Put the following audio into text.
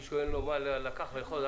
שמישהו לקח לאכול?